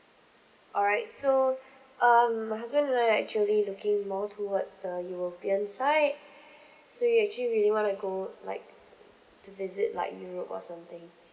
alright so um my husband and I actually looking more towards the european side so we actually really wanna go like to visit like europe or something